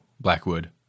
Blackwood